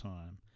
Time